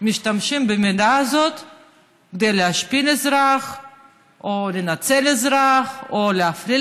משתמשים במידע הזה כדי להשפיל אזרח או לנצל אזרח או להפליל